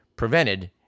prevented